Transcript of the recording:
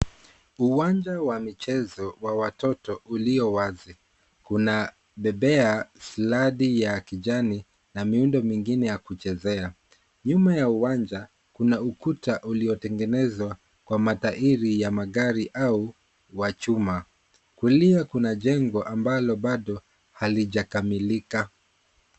Uwanja wa michezo wa watoto ulio wazi. Kuna bembea sladi ya kijani na miundo mingine ya kuchezea. Nyuma ya uwanja kuna ukuta uliotengenezwa kwa matairi ya magari au wa chuma. Kulia kuna jengo ambalo bado halijakamilika.